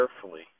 carefully